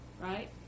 right